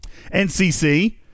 NCC